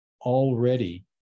already